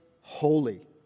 holy